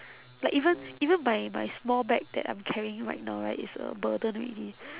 like even even my my small bag that I'm carrying right now right is a burden already